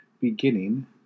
beginning